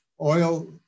oil